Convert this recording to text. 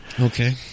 Okay